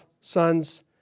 sons